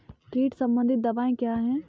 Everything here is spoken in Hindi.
कीट संबंधित दवाएँ क्या हैं?